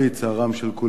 צערם של כולנו,